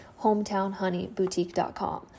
hometownhoneyboutique.com